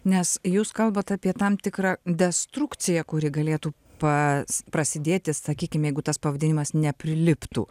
nes jūs kalbat apie tam tikrą destrukciją kuri galėtų pas prasidėti sakykim jeigu tas pavadinimas nepriliptų